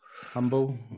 Humble